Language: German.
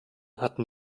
hatten